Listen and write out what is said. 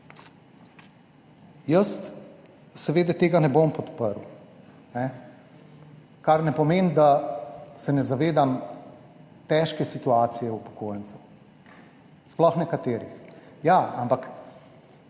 Jaz seveda tega ne bom podpr, kar ne pomeni, da se ne zavedam težke situacije upokojencev, sploh nekaterih.